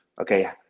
okay